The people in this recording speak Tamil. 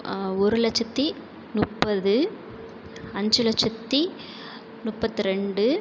ஒரு லட்சத்தி முப்பது அஞ்சு லட்சத்தி முப்பத்து ரெண்டு